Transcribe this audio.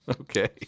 okay